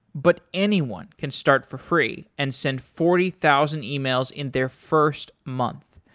but anyone can start for free and send forty thousand emails in their first month.